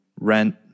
rent